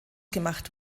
gemacht